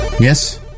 Yes